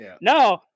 no